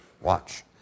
Watch